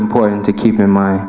important to keep in m